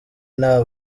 nta